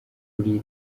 kuri